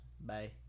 Bye